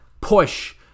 push